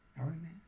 Amen